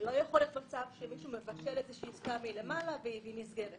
ולא יכול להיות מצב שמישהו מבשל איזושהי עסקה מלמעלה והיא נסגרת.